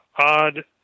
odd